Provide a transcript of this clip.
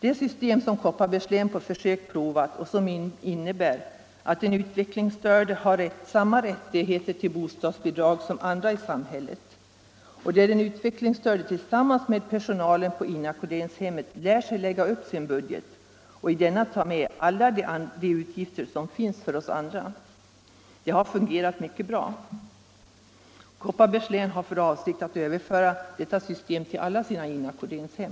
Det system som Kopparbergs län på försök provat, och som innebär att den utvecklingsstörde har samma rättigheter till bostadsbidrag som andra i samhället och tillsammans med personalen på inackorderingshemmet lär sig lägga upp sin budget och i denna ta med alla de utgifter som finns för oss andra, har fungerat mycket bra. Kopparbergs län har för avsikt att överföra detta system till alla sina inackorderingshem.